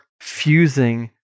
fusing